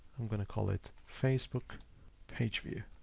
i'm going to call it facebook page view.